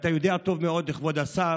ואתה יודע טוב מאוד, כבוד השר,